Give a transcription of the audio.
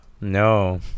No